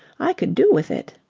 i could do with it.